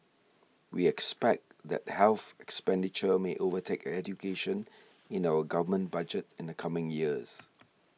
we expect that health expenditure may overtake education in our government budget in the coming years